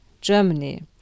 Germany